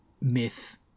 myth